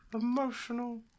emotional